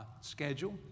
schedule